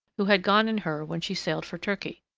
who had gone in her when she sailed for turkey.